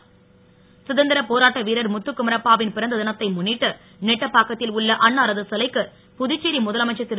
கதந்திர போராட்ட வீரர் முத்துகுமரப்பா வின் பிறந்த தினத்தை முன்னிட்டு நெட்டப்பாக்கத்தில் உள்ள அன்னாரது சிலைக்கு புதுச்சேரி முதலமைச்சர் திரு